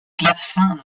clavecin